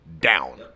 down